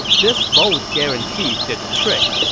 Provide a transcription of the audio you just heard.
this bold guarantee did the trick,